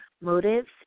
motives